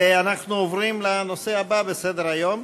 ואנחנו עוברים לנושא הבא בסדר-היום,